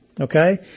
okay